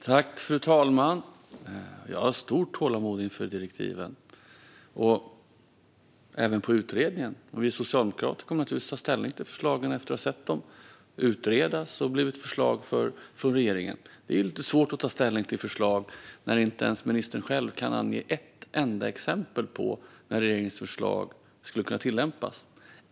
Fru talman! Jag har stort tålamod när det gäller både direktiven och utredningen. Vi socialdemokrater kommer naturligtvis att ta ställning till förslagen efter att ha sett detta utredas och bli till förslag från regeringen. Det är ju lite svårt att ta ställning till förslag när inte ens ministern själv kan ange ett enda exempel på när regeringens förslag skulle kunna tillämpas.